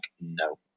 no